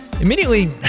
Immediately